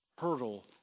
Hurdle